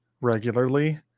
regularly